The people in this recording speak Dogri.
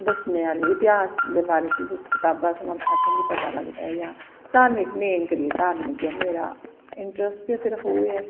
दसनें आह्ली इतिहास दे बारे च कताबां असेंगी पता लगदा ऐ दां धार्मिक मेन करियै धार्मिक गै मेरा इंट्रस्ट गै सिर्फ एह् ऐ